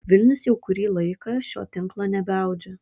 vilnius jau kurį laiką šio tinklo nebeaudžia